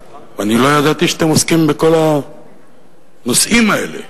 ואני לא ידעתי שאתם עוסקים בכל הנושאים האלה.